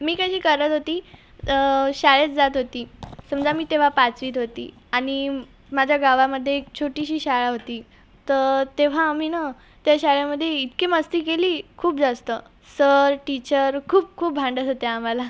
मी कशी करत होती तर शाळेत जात होती समजा मी तेव्हा पाचवीत होती आणि माझ्या गावामधे एक छोटीशी शाळा होती तर तेव्हा आम्ही ना त्या शाळेमध्ये इतकी मस्ती केली खूप जास्त सर टीचर खूप खूप भांडत होते आम्हाला